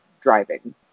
driving